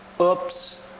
Oops